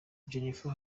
jennifer